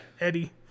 Eddie